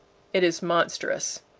it is monstrous.